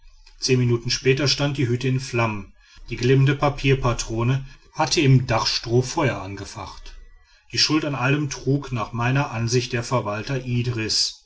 zehn minuten später stand die hütte in flammen die glimmende papierpatrone hatte im dachstroh feuer angefacht die schuld an allem trug nach meiner ansicht der verwalter idris